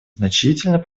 значительный